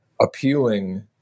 appealing